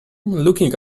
looking